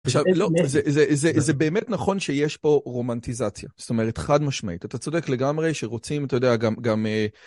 עכשיו, לא, זה, זה, זה באמת נכון שיש פה רומנטיזציה, זאת אומרת חד משמעית. אתה צודק לגמרי שרוצים, אתה יודע, גם גם...